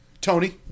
Tony